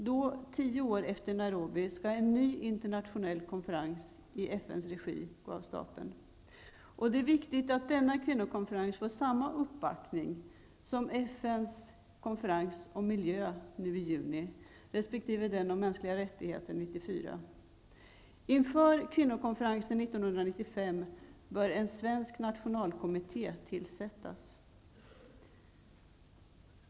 Då -- tio år efter konferensen i Nairobi -- skall en ny internationell kvinnokonferens i FN:s regi gå av stapeln. Det är viktigt att denna konferens får samma uppbackning som FN:s konferenser om miljö nu i juni och mänskliga rättigheter 1994. Inför kvinnokonferensen 1995 bör en svensk nationalkommitté tillsättas.